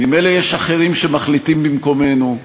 ממילא יש אחרים שמחליטים במקומנו.